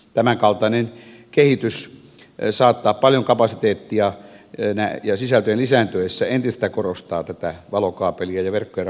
tämänkaltainen kehitys saattaa vaatia paljon kapasiteettia ja sisältöjen lisääntyessä entisestään korostaa tätä valokaapelia ja verkkojen rakentamisen tarvetta